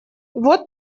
вот